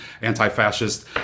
anti-fascist